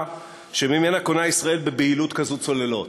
שממנה קונה ישראל בבהילות כזאת צוללת,